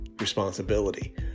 responsibility